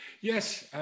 Yes